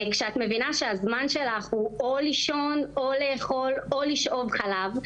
כשאת מבינה שהזמן שלך הוא או לישון או לאכול או לשאוב חלב,